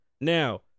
Now